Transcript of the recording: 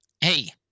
Hey